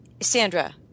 sandra